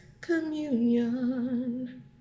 communion